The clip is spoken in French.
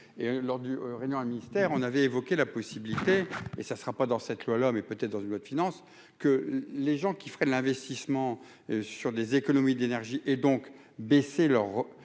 et lors du réunion à mystère, on avait évoqué la possibilité et ça ne sera pas dans cette loi-là mais peut-être dans une loi de finances, que les gens qui freine l'investissement sur les économies d'énergie et donc baisser leurs